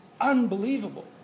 unbelievable